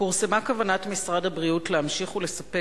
פורסמה כוונת משרד הבריאות להמשיך ולספק